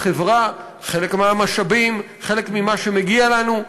החברה, חלק מהמשאבים, חלק ממה שמגיע לנו,